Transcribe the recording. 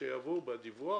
כשיבואו בדיווח